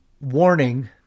warning